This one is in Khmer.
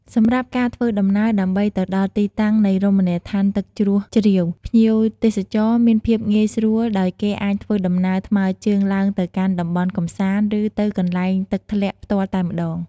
សម្រាប់ការធ្វើដំណើរដើម្បីទៅដល់ទីតាំងនៃរមណីយដ្ឋានទឹកជ្រោះជ្រាវ ភ្ញៀវទេសចរមានភាពងាយស្រួលដោយគេអាចធ្វើដំណើរថ្មើរជើងឡើងទៅកាន់តំបន់កម្សាន្តឬទៅកន្លែងទឹកធ្លាក់ផ្ទាល់តែម្តង ។